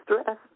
stress